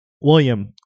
William